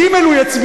"ג" הוא יצביע.